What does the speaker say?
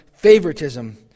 favoritism